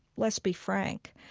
let's be frank.